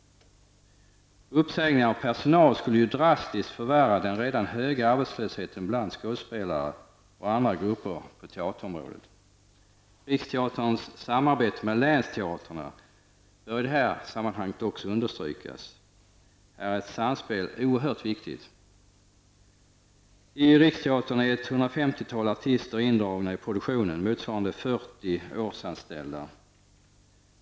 Uppsägningar av personal skulle drastiskt förvärra den redan höga arbetslösheten bland skådespelare och andra grupper på teaterområdet. Riksteaterns samarbete med länsteatrarna bör i det här sammanhanget understrykas. Här är ett samspel oerhört viktigt. I Riksteatern är ett 150-tal artister indragna i produktionen, motsvarande 40 årsanställda.